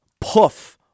poof